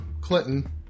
Clinton